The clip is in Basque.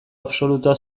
absolutua